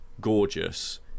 gorgeous